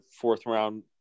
fourth-round